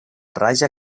raja